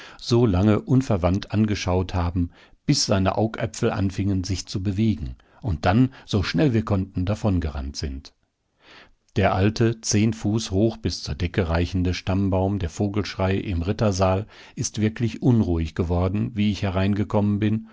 so lange unverwandt angeschaut haben bis seine augäpfel anfingen sich zu bewegen und dann so schnell wir konnten davongerannt sind der alte zehn fuß hoch bis zur decke reichende stammbaum der vogelschrey im rittersaal ist wirklich unruhig geworden wie ich hereingekommen bin